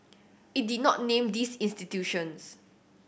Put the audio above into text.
it did not name these institutions